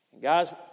Guys